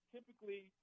Typically